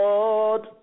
Lord